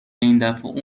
ایندفعه